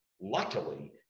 Luckily